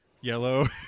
yellow